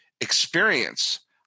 experience